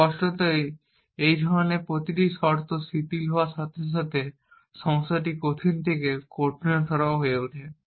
স্পষ্টতই এই ধরনের প্রতিটি শর্ত শিথিল হওয়ার সাথে সাথে সমস্যাটি কঠিন থেকে কঠিনতর হয়ে ওঠে